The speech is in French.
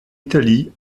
italie